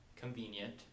Convenient